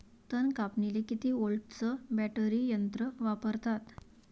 तन कापनीले किती व्होल्टचं बॅटरी यंत्र वापरतात?